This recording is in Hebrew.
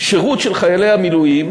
שהשירות של חיילי המילואים